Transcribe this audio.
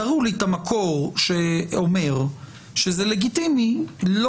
תראו לי את המקור שאומר שזה לגיטימי לא